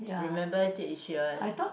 remember said she'll